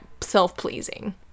self-pleasing